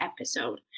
episode